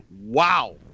wow